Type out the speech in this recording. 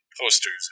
posters